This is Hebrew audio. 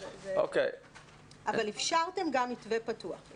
אבל אפשרתם גם מתווה פתוח.